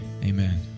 Amen